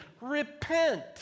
repent